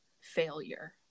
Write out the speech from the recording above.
failure